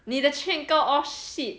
你的劝告 all shit